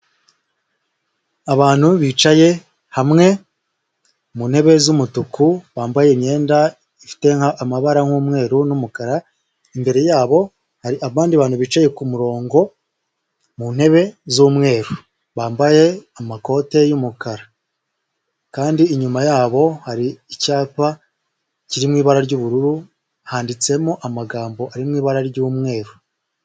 Abantu bicaye hamwe mu ntebe z'umutuku, bambaye imyenda ifite amabara nk'umweru n'umukara, imbere yabo hari abandi bantu bicaye ku murongo, mu ntebe z'umweru, bambaye amakoti y'umukara, kandi inyuma yabo hari icyapa kiri mu ibara ry'ubururu, handitsemo amagambo ari mu ibara ry'umweru.